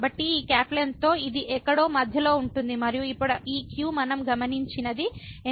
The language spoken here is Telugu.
కాబట్టి ఈ N తో ఇది ఎక్కడో మధ్యలో ఉంటుంది మరియు ఇప్పుడు ఈ q మనం గమనించినది ఎందుకంటే |x|N 1